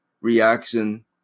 reaction